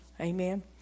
Amen